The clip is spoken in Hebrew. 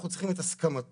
אנחנו צריכים את הסכמתו,